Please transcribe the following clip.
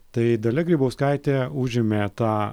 tai dalia grybauskaitė užėmė tą